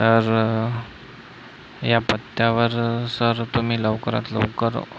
तर या पत्त्यावर सर तुम्ही लवकरात लवकर